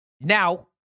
now